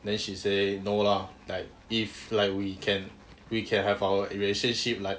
then she say no lah like if like we can we can have our relationship like